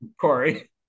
Corey